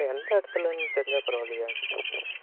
இப்போ எந்த இடத்துலன்னு தெரிஞ்சால் பரவாயில்லையே